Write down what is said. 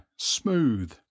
smooth